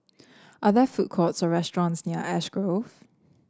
are there food courts or restaurants near Ash Grove